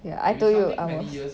ya I told you was